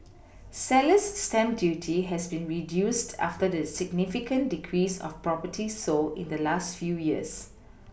Seller's stamp duty has been reduced after the significant decrease of properties sold in the last few years